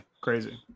crazy